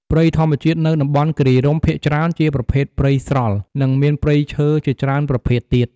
ព្រៃធម្មជាតិនៅតំបន់គិរីរម្យ ភាគច្រើនជាប្រភេទព្រៃស្រល់ និងមានព្រៃឈើជាច្រើនប្រភេទទៀត។